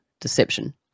deception